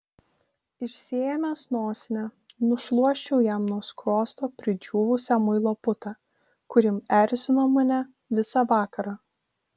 išsiėmęs nosinę nušluosčiau jam nuo skruosto pridžiūvusią muilo putą kuri erzino mane visą vakarą